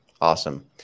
Awesome